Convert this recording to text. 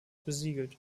besiegelt